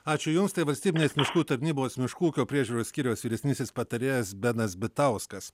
ačiū jums tai valstybinės miškų tarnybos miškų ūkio priežiūros skyriaus vyresnysis patarėjas benas bitauskas